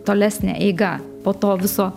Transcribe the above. tolesnė eiga po to viso